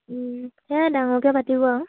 সেয়া ডাঙৰকে পাতিব আৰু